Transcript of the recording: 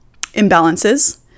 imbalances